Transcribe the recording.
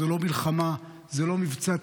זו לא מלחמה, זה לא מבצע צבאי,